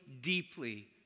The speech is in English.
deeply